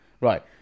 Right